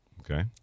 Okay